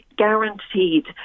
guaranteed